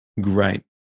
Great